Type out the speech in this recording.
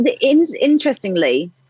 interestingly